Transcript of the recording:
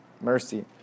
Mercy